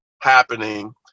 happening